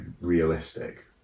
realistic